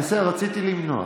בסדר, רציתי למנוע.